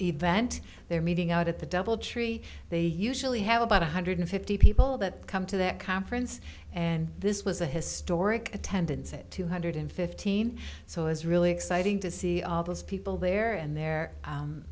event they're meeting out at the doubletree they usually have about one hundred fifty people that come to that conference and this was a historic attendance at two hundred fifteen so it's really exciting to see all those people there and there